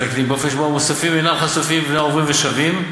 לקטינים ובאופן שבו המסופים אינם חשופים לעוברים והשבים.